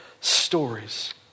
stories